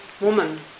woman